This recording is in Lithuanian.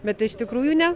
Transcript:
bet iš tikrųjų ne